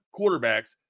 quarterbacks